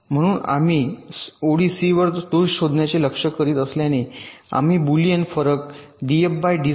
म्हणून आम्ही ओळी सी वर दोष शोधण्याचे लक्ष्य करीत असल्याने आम्ही बुलियन फरक डीएफ डीसी